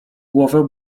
głowę